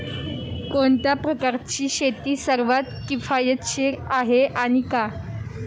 कोणत्या प्रकारची शेती सर्वात किफायतशीर आहे आणि का?